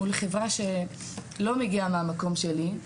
מול חברה שלא מגיעה מהמקום שלי,